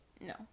no